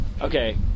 Okay